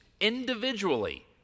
individually